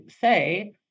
say